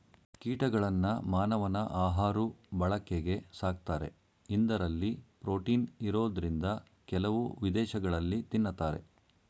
ಕೀಟಗಳನ್ನ ಮಾನವನ ಆಹಾಋ ಬಳಕೆಗೆ ಸಾಕ್ತಾರೆ ಇಂದರಲ್ಲಿ ಪ್ರೋಟೀನ್ ಇರೋದ್ರಿಂದ ಕೆಲವು ವಿದೇಶಗಳಲ್ಲಿ ತಿನ್ನತಾರೆ